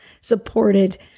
supported